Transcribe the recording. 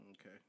Okay